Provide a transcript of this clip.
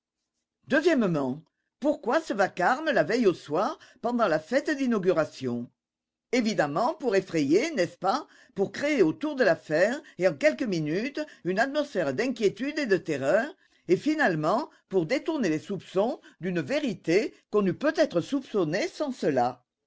pourquoi ce vacarme la veille au soir pendant la fête d'inauguration évidemment pour effrayer n'est-ce pas pour créer autour de l'affaire et en quelques minutes une atmosphère d'inquiétude et de terreur et finalement pour détourner les soupçons d'une vérité qu'on eût peut-être soupçonnée sans cela